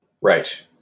Right